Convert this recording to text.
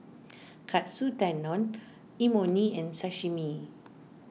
Katsu Tendon Imoni and Sashimi